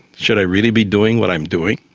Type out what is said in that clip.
should i really be doing what i'm doing?